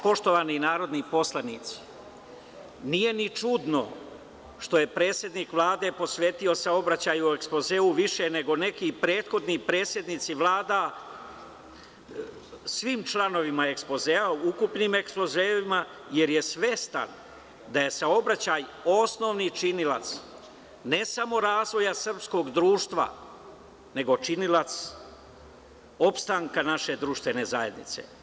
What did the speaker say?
Poštovani narodni poslanici, nije ni čudno što je predsednik Vlade posvetio saobraćaju u ekspozeu više nego neki prethodni predsednici vlada svim članovima ekspozea, u ukupnim ekspozeima, jer je svestan da je saobraćaj osnovni činilac ne samo razvoja srpskog društva nego činilac opstanka naše društvene zajednice.